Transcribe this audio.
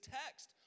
text